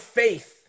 faith